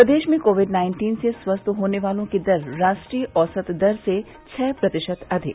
प्रदेश में COVID nineteen से स्वस्थ होने वालों की दर राष्ट्रीय औसत दर से छः प्रतिशत अधिक